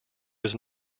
was